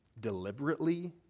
deliberately